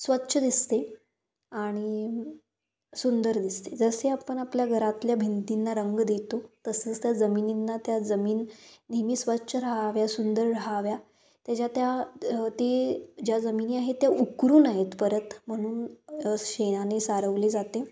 स्वच्छ दिसते आणि सुंदर दिसते जसे आपण आपल्या घरातल्या भिंतींना रंग देतो तसंच त्या जमिनींना त्या जमीन नेहमी स्वच्छ राहाव्या सुंदर राहाव्या त्याच्या त्या ती ज्या जमिनी आहेत त्या उकरू नयेत परत म्हणून शेणाने सारवली जाते